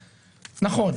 נכון,